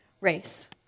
race